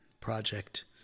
project